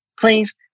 please